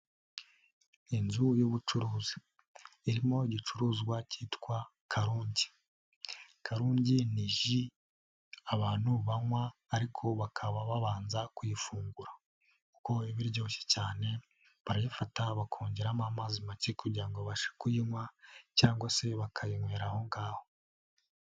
Inzu y'ubucuruzi irimo igicuruzwa kitwa Karungi. Karungi ni ji abantu banywa ariko bakaba babanza kuyifungura kuko iba iryoshye cyane, barayafata bakongeramo amazi make kugira ngo babashe kuyinywa cyangwa se bakayinywera aho ngaho.